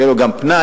ושיהיה לו גם פנאי,